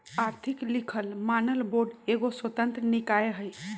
आर्थिक लिखल मानक बोर्ड एगो स्वतंत्र निकाय हइ